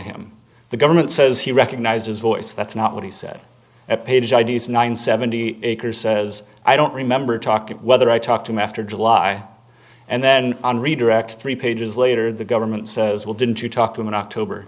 him the government says he recognized his voice that's not what he said at page id's nine seventy acres says i don't remember talking whether i talked to him after july and then on redirect three pages later the government says well didn't you talk to him in october